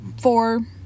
four